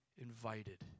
invited